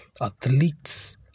athletes